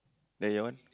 then your one